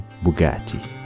Bugatti